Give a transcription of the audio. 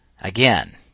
again